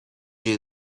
you